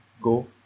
Go